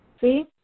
See